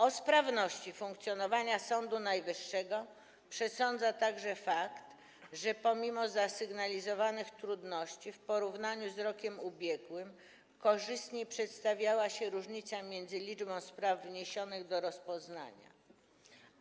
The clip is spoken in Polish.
O sprawności funkcjonowania Sądu Najwyższego przesądza także fakt, że pomimo zasygnalizowanych trudności, w porównaniu z rokiem ubiegłym, korzystniej przedstawia się różnica między liczbą spraw wniesionych do rozpoznania